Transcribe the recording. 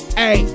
hey